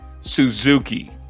Suzuki